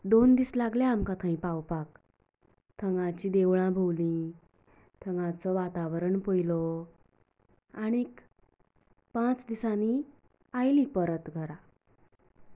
दोन दीस लागले आमकां थंय पावपाक थंयचीं देवळां भोंवलीं थंगाचों वातावरण पयलो आनीक पांच दिसांनी आयली परत घरा